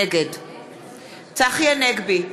נגד צחי הנגבי,